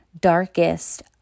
darkest